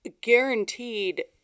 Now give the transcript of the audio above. Guaranteed